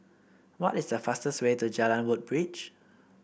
what is the fastest way to Jalan Woodbridge